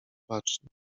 bacznie